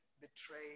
betray